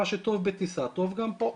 מה שטוב בטיסה טוב גם פה.